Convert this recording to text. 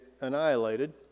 annihilated